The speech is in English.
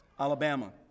Alabama